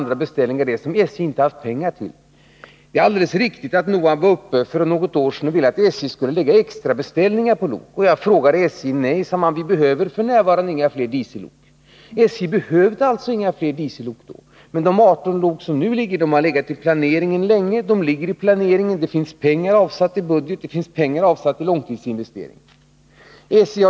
Det är alldeles riktigt att representanter för NOHAB var uppe på kommunikationsdepartementet för något år sedan och ville att SJ skulle göra extrabeställningar på lok. Jag frågade SJ. Nej, sade man, vi behöver f. n. inga fler diesellok. SJ behövde alltså inga fler diesellok då. Men de 18 lok som nu skall beställas ingår i planeringen sedan länge, det finns pengar avsatta i budgeten, i långtidsinvesteringen.